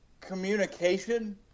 communication